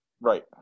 Right